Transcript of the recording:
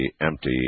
empty